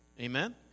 Amen